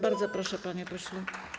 Bardzo proszę, panie pośle.